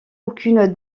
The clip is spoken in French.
aucune